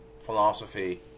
philosophy